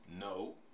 No